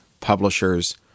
publishers